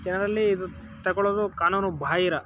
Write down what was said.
ಜನರಲ್ಲಿ ಇದು ತಗೋಳೋದು ಕಾನೂನು ಬಾಹಿರ